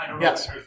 Yes